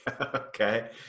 Okay